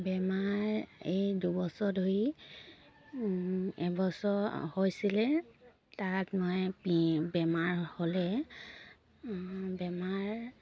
বেমাৰ এই দুবছৰ ধৰি এবছৰ হৈছিলে তাত বেমাৰ হ'লে বেমাৰ